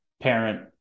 parent